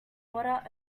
water